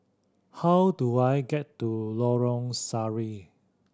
how do I get to Lorong Sari